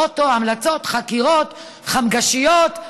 אוטו, המלצות, חקירות, חמגשיות.